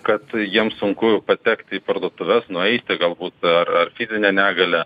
kad jiems sunku patekti į parduotuves nueiti galbūt ar ar fizinę negalią